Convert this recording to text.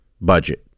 budget